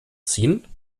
ziehen